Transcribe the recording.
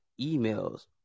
emails